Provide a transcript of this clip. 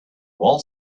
walked